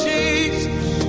Jesus